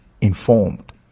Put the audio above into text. informed